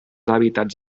hàbitats